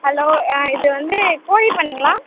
hello இது வந்து கோழிப் பண்ணைங்களா